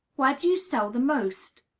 where do you sell the most?